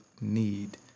need